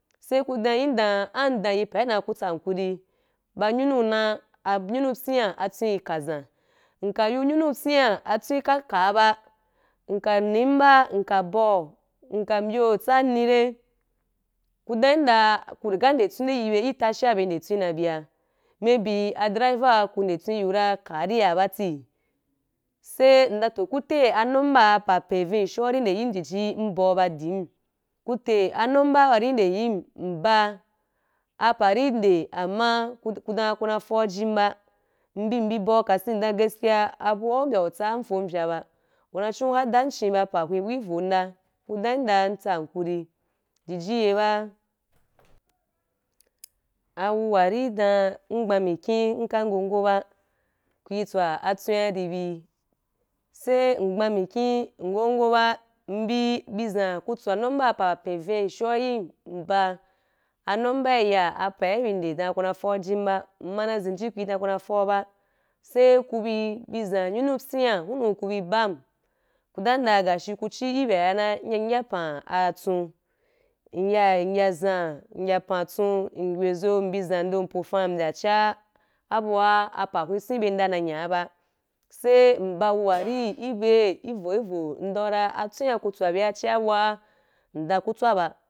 Sai ku dau yin dan am ndan ye pa’i dan ra ku tsɛn hankuri, ba nyonu na, anyonu pyia atwen ika zam, ika yu nyonu pyia atwen ka ka’abu, nka nimba, nka bau mbyu tsani re? Ku dɛn yina dan ku riga nde twen nde yi bea itasha, bea nde twen na biya “may be” a driver ku nde twen yu ra ka’a ra ba ti. Sai ndɛn toh, ku te a nunba pa pin visho’ ari nde yim jiji nbau ba din, ku te anunba wari nde yinn, nba apa ri dei amma ku dan kuna fo’a jiba, mbi mbi bau kasin ndan “gaskiya” abuwa mbya utsa’a nfovya ba, una chon uhadan cin ba apa wa hweh bu ivon da, ku dan yim dan mm tsa hankuri jiji ye ba, awuwari dan ngba mikhi, nka ngogo ba, kui twa ɛtwen ribi sai ngha mikhi ngogo ba, mbi bi zain, ki twa numba pu pa pin vishon’a yim, nba a numba ya, apa’ī bi nde dan ku na fo’aji ba, mma na zinji, ku dɛn ku na fo’aji ba. Sai ku bi bi zan yinu pyina hunu ku bi ban, ku damda “gaskiya” ku chi iben wa yana, nyɛ nya pan atsu, nya nya zan nya pan atsu, nweh zu mbi zan ndo mbya chi’a abuua apa hweh twen iben da na nya ba, sai nban a wuwari biben ivoivo ndan ra atwen’a ku twa bi ra, chu’a bu’a ndan ku twa ba.